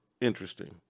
interesting